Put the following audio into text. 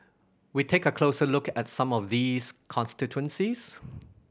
we take a closer look at some of these constituencies